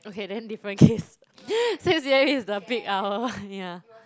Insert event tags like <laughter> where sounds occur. okay then different case <laughs> six a_m is the peak hour ya